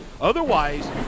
Otherwise